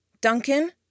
Duncan